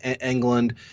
England